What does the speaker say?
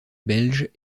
belge